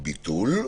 (ביטול)